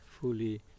fully